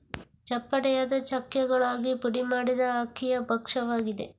ಚಪ್ಪಟೆಯಾದ ಚಕ್ಕೆಗಳಾಗಿ ಪುಡಿ ಮಾಡಿದ ಅಕ್ಕಿಯ ಭಕ್ಷ್ಯವಾಗಿದೆ